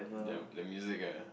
the the music ah